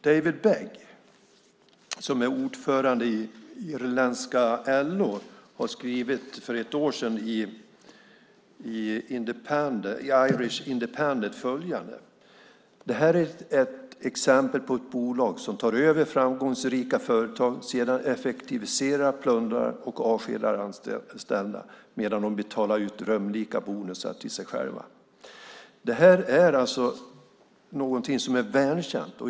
David Begg, som är ordförande i irländska LO, skrev för ett år sedan i Irish Independent följande: Det här är ett exempel på ett bolag som tar över framgångsrika företag som de sedan effektiviserar och plundrar, och de avskedar anställda medan de betalar ut drömlika bonusar till sig själva. Det här är alltså någonting som är välkänt.